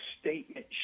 statement